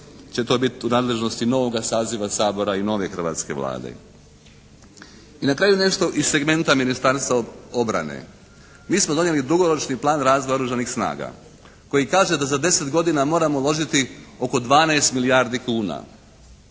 I na kraju nešto iz segmenta Ministarstva obrane. Mi smo donijeli dugoročni plan razvoja Oružanih snaga koji kaže da za 10 godina moramo uložiti oko 12 milijardi kuna.